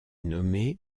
nommé